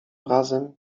razem